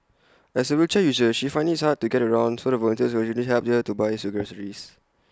as A wheelchair user she finds IT hard to get around so the volunteers occasionally help her to buy groceries